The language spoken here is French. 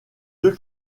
deux